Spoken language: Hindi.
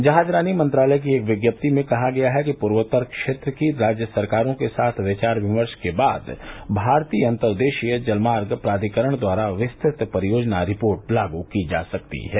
जहाजरानी मंत्रालय की एक विज्ञप्ति में कहा गया है कि पूर्वोत्तर क्षेत्र की राज्य सरकारों के साथ विचार विमर्श के बाद भारतीय अंतर्देशीय जलमार्ग प्राधिकरण द्वारा विस्तृत परियोजना रिपोर्ट लागू की जा सकती है